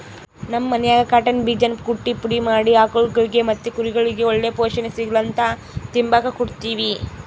ನಮ್ ಮನ್ಯಾಗ ಕಾಟನ್ ಬೀಜಾನ ಕುಟ್ಟಿ ಪುಡಿ ಮಾಡಿ ಆಕುಳ್ಗುಳಿಗೆ ಮತ್ತೆ ಕುರಿಗುಳ್ಗೆ ಒಳ್ಳೆ ಪೋಷಣೆ ಸಿಗುಲಂತ ತಿಂಬಾಕ್ ಕೊಡ್ತೀವಿ